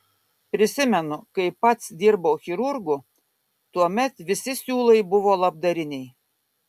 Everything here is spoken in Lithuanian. prisimenu kai pats dirbau chirurgu tuomet visi siūlai buvo labdariniai